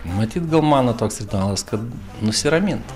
matyt gal mano toks ritualas kad nusiramint